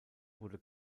wurde